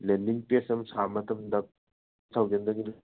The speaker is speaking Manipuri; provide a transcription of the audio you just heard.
ꯂꯦꯟꯗꯤꯡ ꯄꯦꯖ ꯑꯃ ꯁꯥꯕ ꯃꯇꯝꯗ ꯊꯥꯎꯖꯟꯗꯒꯤꯅ